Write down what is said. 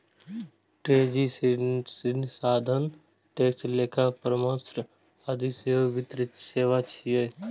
treasury, ऋण साधन, tax, लेखा परामर्श आदि सेहो वित्तीय सेवा छियै